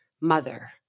mother